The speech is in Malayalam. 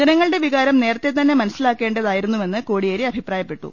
ജനങ്ങളുടെ വികാരം നേരത്തെതന്നെ മനസ്സിലാക്കേണ്ട തായിരുന്നുവെന്ന് കോടിയേരി അഭിപ്രായപ്പെട്ടു